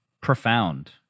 profound